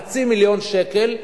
חצי מיליון שקל.